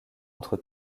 entre